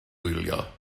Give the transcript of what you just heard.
wylio